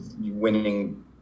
winning